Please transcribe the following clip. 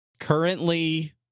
Currently